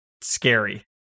scary